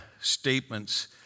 statements